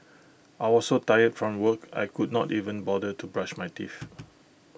I was so tired from work I could not even bother to brush my teeth